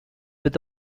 with